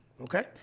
okay